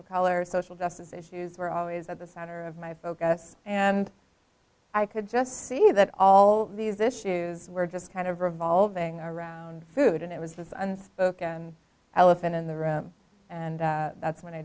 of color social justice issues were always at the center of my focus and i could just see that all these issues were just kind of revolving around food and it was the unspoken elephant in the room and that's when i